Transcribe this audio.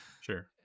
sure